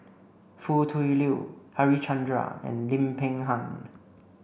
Foo Tui Liew Harichandra and Lim Peng Han